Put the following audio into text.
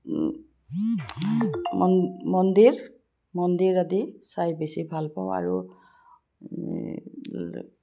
মন্দিৰ মন্দিৰ আদি চাই বেছি ভালপাওঁ আৰু